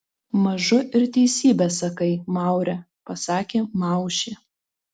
mažu ir teisybę sakai maure pasakė maušė